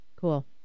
Cool